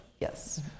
Yes